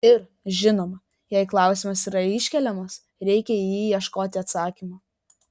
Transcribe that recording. ir žinoma jei klausimas yra iškeliamas reikia į jį ieškoti atsakymo